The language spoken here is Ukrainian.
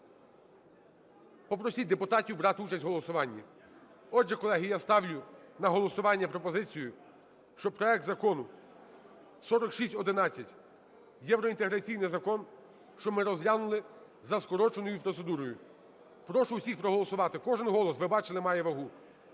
попросіть депутатів брати участь в голосуванні. Отже, колеги, я ставлю на голосування пропозицію, щоб проект Закону 4611, євроінтеграційний закон, щоб ми розглянули за скороченою процедурою. Прошу всіх проголосувати. Кожен голос, ви бачили, має вагу.